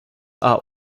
are